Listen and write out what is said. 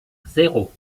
zéro